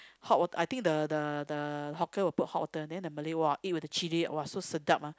hot water I think the the the hawker will put hot water then the Malay !wah! eat with the chilli !wah! so sedap ah